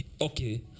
Okay